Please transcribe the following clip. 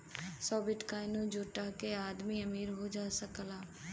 सौ बिट्काइनो जुटा के आदमी अमीर हो सकला